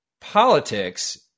politics